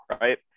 right